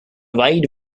wide